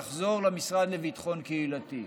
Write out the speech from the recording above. תחזור למשרד לביטחון קהילתי.